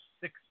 six